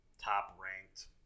top-ranked